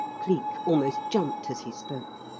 cleek almost jumped as he spoke.